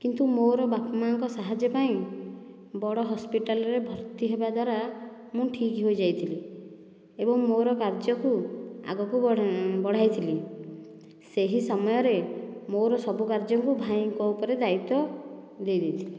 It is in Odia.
କିନ୍ତୁ ମୋର ବାପା ମା'ଙ୍କ ସାହାଯ୍ୟ ପାଇଁ ବଡ଼ ହସ୍ପିଟାଲରେ ଭର୍ତ୍ତି ହେବା ଦ୍ଵାରା ମୁଁ ଠିକ ହୋଇଯାଇଥିଲି ଏବଂ ମୋର କାର୍ଯ୍ୟକୁ ଆଗକୁ ବଢ଼ାଇଥିଲି ସେହି ସମୟରେ ମୋର ସବୁ କାର୍ଯ୍ୟ ମୁଁ ଭାଇଙ୍କ ଉପରେ ଦାଇତ୍ଵ ଦେଇ ଦେଇଥିଲି